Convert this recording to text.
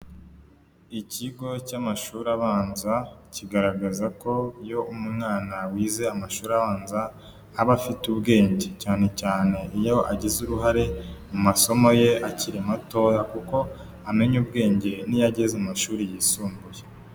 Ikigo cy'amashuri abanza; kigaragaza ko iyo umwana wize amashuri abanza aba afite ubwenge cyane cyane iyo agize uruhare mu masomo ye akiri matoya kuko amenya ubwenge n'iyogeze mashuri yisumbuye.